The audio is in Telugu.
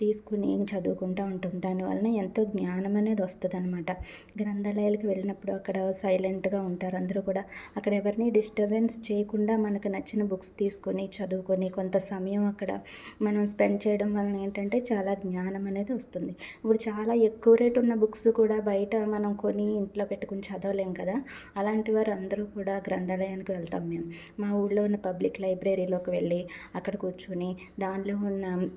తీసుకుని చదువుకుంటా ఉంటాం దానివలన ఎంతో జ్ఞానం అనేది వస్తదనమాట గ్రంధాలయాలకు వెళ్ళినప్పుడు అక్కడ సైలెంట్గా ఉంటారు అందరూ కూడా అక్కడ ఎవరిని డిస్టర్బెన్స్ చేయకుండా మనకు నచ్చిన బుక్స్ తీసుకొని చదువుకొని కొంత సమయం అక్కడ మనం స్పెండ్ చేయడం వల్ల ఏంటంటే మనకి చాలా జ్ఞానం అనేది వస్తుంది ఇప్పుడు చాలా ఎక్కువ రేటు ఉన్న బుక్స్ కూడా బయట మనం కొని ఇంట్లో పెట్టుకుని చదవలేం కదా అలాంటి వారందరూ కూడా గ్రంధాలయానికి వెళ్తాం మేము మా ఊర్లో ఉన్న పబ్లిక్ లైబ్రరీలోకి వెళ్లి అక్కడ కూర్చుని దాంట్లో ఉన్న